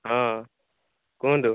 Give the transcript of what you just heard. ହଁ କୁହନ୍ତୁ